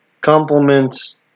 compliments